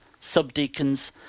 Subdeacons